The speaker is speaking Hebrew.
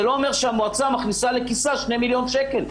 זה לא אומר שהמועצה מכניסה לכיסה 2 מיליון שקל.